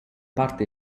parte